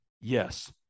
Yes